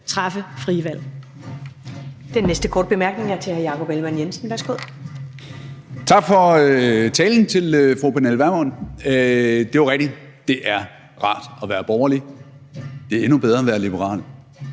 træffe frie valg.